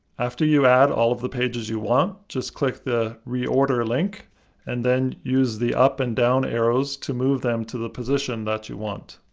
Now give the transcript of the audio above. after you add all of the pages you want, just click the reorder link and then use the up and down arrows to move them to the position that you want.